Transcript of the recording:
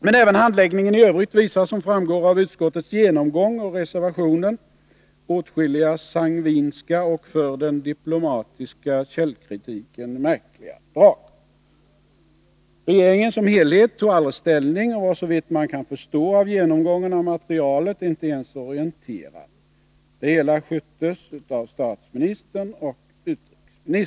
Men även handläggningen i övrigt visar, som framgår av utskottets genomgång och av reservationen, åtskilliga sangviniska och för den diplomatiska källkritiken märkliga drag. Regeringen som helhet tog aldrig ställning och var såvitt man kan förstå av genomgången av materialet inte ens orienterad. Det hela sköttes av statsministern och utrikesministern.